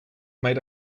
made